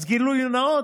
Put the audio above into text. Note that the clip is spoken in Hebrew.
אז גילוי נאות: